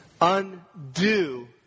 undo